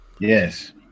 Yes